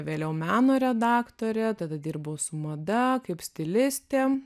vėliau meno redaktorė tada dirbau su mada kaip stilistė